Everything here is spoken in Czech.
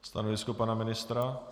Stanovisko pana ministra?